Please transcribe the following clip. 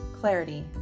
Clarity